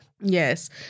Yes